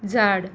झाड